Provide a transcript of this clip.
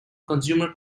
consumer